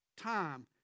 time